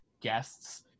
guests